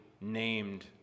named